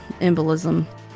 embolism